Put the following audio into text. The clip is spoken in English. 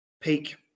peak